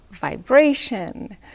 vibration